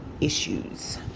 issues